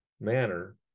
manner